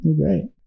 Great